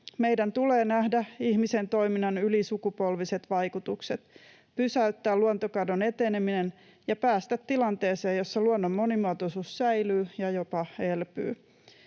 Meidän tulee nähdä ihmisen toiminnan ylisukupolviset vaikutukset, pysäyttää luontokadon eteneminen ja päästä tilanteeseen, jossa luonnon monimuotoisuus säilyy ja jopa elpyy.